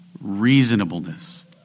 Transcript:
reasonableness